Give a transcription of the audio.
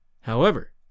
However